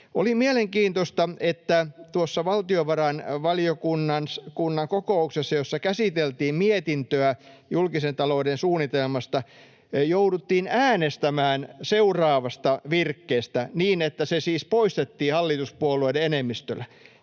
Oli mielenkiintoista, että tuossa valtiovarainvaliokunnan kokouksessa, jossa käsiteltiin mietintöä julkisen talouden suunnitelmasta, jouduttiin äänestämään seuraavasta virkkeestä, niin että se siis poistettiin hallituspuolueiden enemmistöllä.